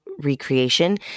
recreation